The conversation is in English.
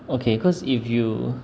okay because if you